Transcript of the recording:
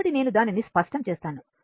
కాబట్టి నేను దానిని స్పష్టం చేస్తాను